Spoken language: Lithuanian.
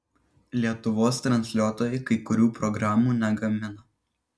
lietuvos transliuotojai kai kurių programų negamina